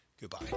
Goodbye